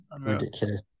ridiculous